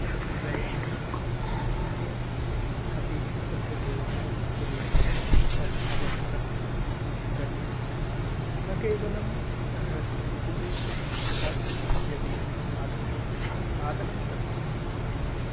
तद् विक्रयणम् अन्ये अपि तस्य व्यवहारं कुर्यात् तत् अवसरः प्रदेयः न केवलं भारते अपि तु तत् यदि तादृशम् उत्पादनं कर्तुं शक्नोति चेत्